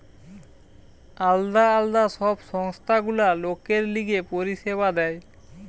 আলদা আলদা সব সংস্থা গুলা লোকের লিগে পরিষেবা দেয়